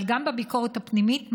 אבל גם בביקורת הפנימית מתריעים.